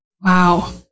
Wow